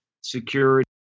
security